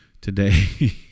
today